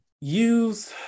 use